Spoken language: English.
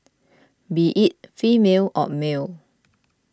be it female or male